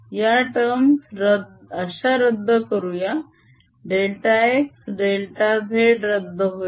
या टर्म अश्या रद्द करूया डेल्टा x डेल्टा z रद्द होईल